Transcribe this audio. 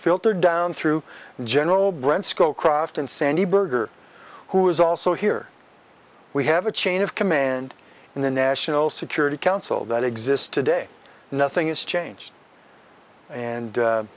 filtered down through general brant scowcroft and sandy berger who is also here we have a chain of command in the national security council that exists today nothing is changed and